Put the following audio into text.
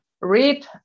read